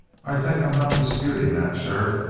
i think i'm not disputing that, sheriff.